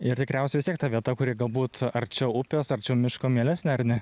ir tikriausia vis tiek ta vieta kuri galbūt arčiau upės arčiau miško mielesnė ar ne